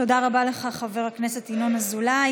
תודה רבה לך, חבר הכנסת ינון אזולאי.